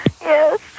Yes